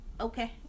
Okay